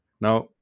Now